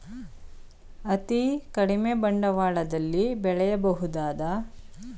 ಅತೀ ಕಡಿಮೆ ಬಂಡವಾಳದಲ್ಲಿ ಬೆಳೆಯಬಹುದಾದ ತರಕಾರಿಗಳು ಯಾವುವು?